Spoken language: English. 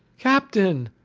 captain!